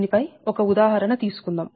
దీని పై ఒక ఉదాహరణ తీసుకుందాం